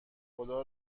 خدا